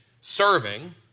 serving